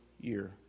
year